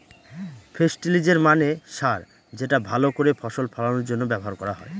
ফেস্টিলিজের মানে সার যেটা ভাল করে ফসল ফলানোর জন্য ব্যবহার করা হয়